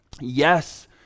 Yes